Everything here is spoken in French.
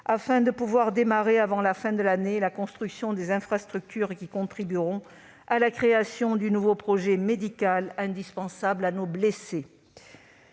afin de pouvoir démarrer, avant la fin de l'année, la construction des infrastructures qui contribueront à la création du nouveau projet médical, indispensable à nos blessés.